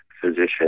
physician